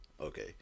Okay